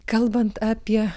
kalbant apie